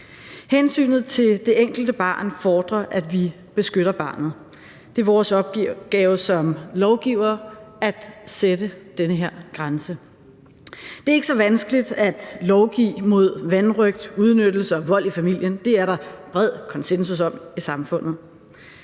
Hensynet til det enkelte barn fordrer, at vi beskytter barnet. Det er vores opgave som lovgivere at sætte den her grænse. Det er ikke så vanskeligt at lovgive mod vanrøgt, udnyttelse og vold i familien; det er der bred konsensus om i samfundet.